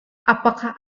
apakah